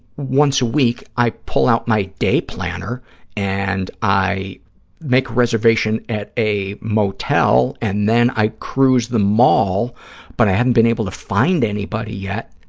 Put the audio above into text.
once a week i pull out my day planner and i make a reservation at a motel and then i cruise the mall but i haven't been able to find anybody yet,